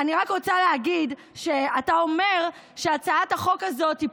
אני רק רוצה להגיד שאתה אומר שהצעת החוק הזאת היא